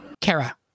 Kara